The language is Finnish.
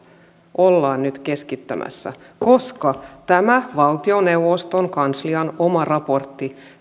ollaan nyt keskittämässä koska tämä valtioneuvoston kanslian oma raportti